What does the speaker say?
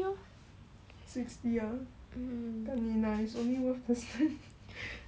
no